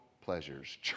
pleasures